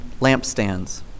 lampstands